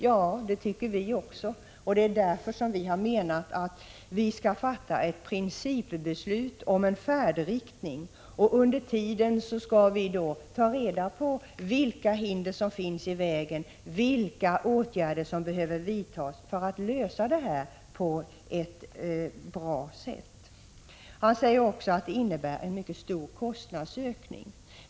Ja, det tycker vi också, och det är därför vi har menat att vi skall fatta ett principbeslut om en färdriktning. Sedan skall vi ta reda på vilka hinder som finns i vägen, vilka åtgärder som behöver vidtas för att det hela skall lösas på ett bra sätt. Georg Andersson säger också att det innebär en mycket stor kostnadsökning.